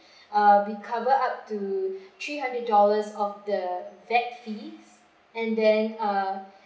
uh we cover up to three hundred dollars of the vet fees and then uh